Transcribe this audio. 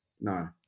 no